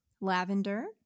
lavender